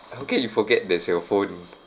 how can you forget the cell phone